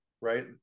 right